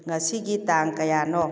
ꯉꯁꯤꯒꯤ ꯇꯥꯡ ꯀꯌꯥꯅꯣ